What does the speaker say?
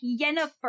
Yennefer